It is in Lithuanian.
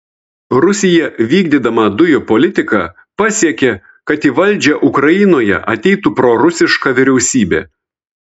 rusija vykdydama dujų politiką pasiekė kad į valdžią ukrainoje ateitų prorusiška vyriausybė